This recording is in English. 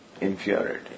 inferiority